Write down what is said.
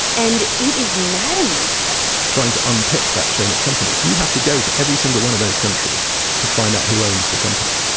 and it is maddening to them trying to unpick that chain of companies, you have to go to every single one of those countries to find out who owns the company.